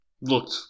looked